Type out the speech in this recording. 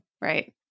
Right